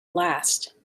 last